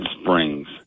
springs